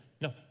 No